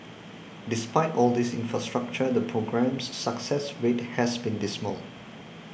despite all this infrastructure the programme's success rate has been dismal